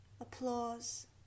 applause